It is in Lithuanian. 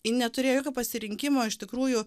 ji neturėjo jokio pasirinkimo iš tikrųjų